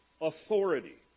authority